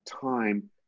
time